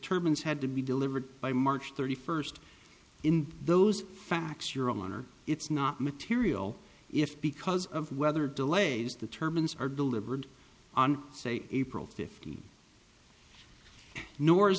terms had to be delivered by march thirty first in those facts your honor it's not material if because of weather delays determines are delivered on say april fifteenth nor is